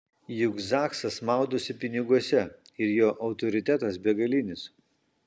juk zaksas maudosi piniguose ir jo autoritetas begalinis